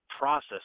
process